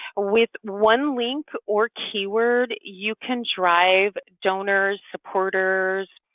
with one link or keyword, you can drive, donors, supporters,